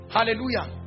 Hallelujah